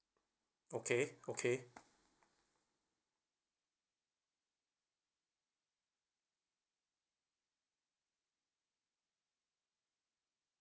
okay okay